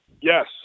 yes